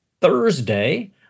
thursday